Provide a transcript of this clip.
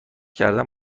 کردن